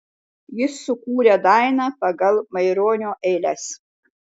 jis sukūrė dainą pagal maironio eiles